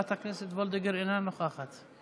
חברת הכנסת וולדיגר אינה נוכחת.